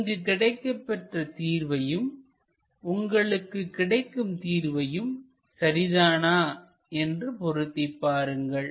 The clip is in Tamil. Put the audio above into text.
இங்கு கிடைக்கப்பெற்ற தீர்வையும்உங்களுக்கு கிடைக்கும் தீர்வையும் சரிதானா என்று பொருத்திப் பாருங்கள்